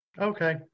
Okay